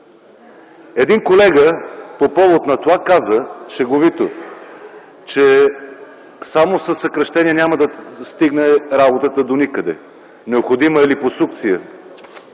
Един колега по повод на това каза шеговито, че само със съкращения работата няма да стигне доникъде. Необходима е липосукция,